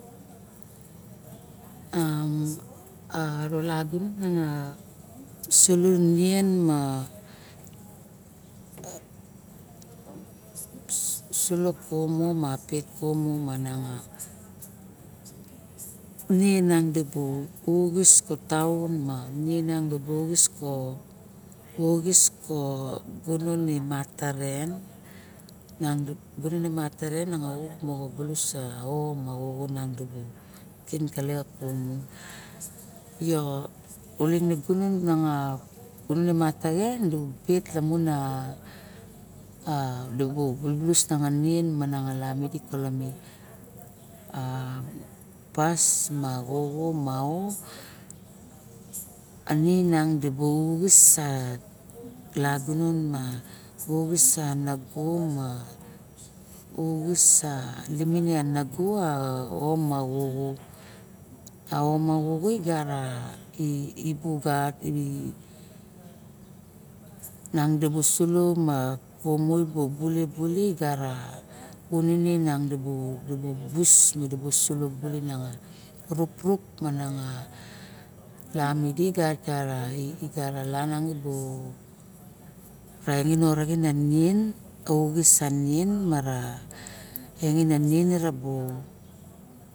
A ura lagunon miang ma sulo kumu ma pet kumu nen niang dibu ukis ko taon ma uxis ka gunon imat taren niang i gunon imat taren ma ao ma xoxo nan dibu kin kilip ka kumu yo ulingi ni gumu ma gunone mataxen dibu pet baling a na niang madi kolome a pas ma xoxo ma ao a nin nangi dibu uxis a lagunon ma uxis ao ma xoxo uxis ma e nago ma ao ma xoxo. Ao ma xoxo igara ibu gat i nang dibu sulo ma kumu i buli buli igara kunine nang dibu vus me sulo baling nianga rukruk nanga lamu igara lanangin no praenen orongin na nian mu uxis a nian mara engin a niaen mo bu